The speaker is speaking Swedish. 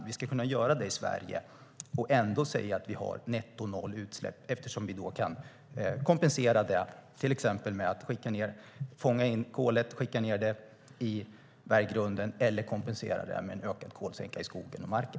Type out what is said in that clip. Vi ska kunna göra det i Sverige och ända säga att vi har noll nettoutsläpp eftersom vi kan kompensera det genom att till exempel fånga in kolet och skicka ned det i berggrunden eller genom en ökad kolsänka i skogen och marken.